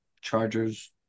Chargers